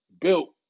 built